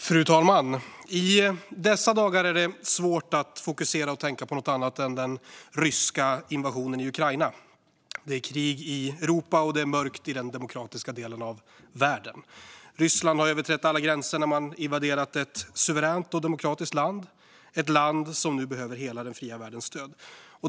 Fru talman! I dessa dagar är det svårt att fokusera och tänka på något annat än den ryska invasionen i Ukraina. Det är krig i Europa, och det är mörkt i den demokratiska delen av världen. Ryssland har överträtt alla gränser när man invaderat ett suveränt och demokratiskt land - ett land som nu behöver hela den fria världens stöd.